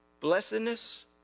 Blessedness